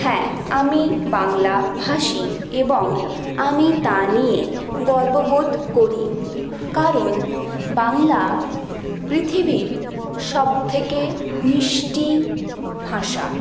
হ্যাঁ আমি বাংলাভাষী এবং আমি তা নিয়ে গর্ববোধ করি কারণ বাংলা পৃথিবীর সব থেকে মিষ্টি ভাষা